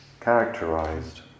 characterized